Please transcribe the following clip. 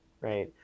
right